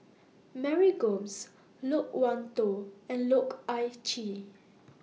Mary Gomes Loke Wan Tho and Loh Ah Chee